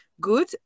good